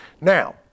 Now